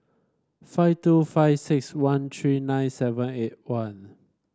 five two five six one three nine seven eight one